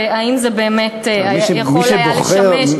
והאם זה באמת היה יכול לשמש כמדינה.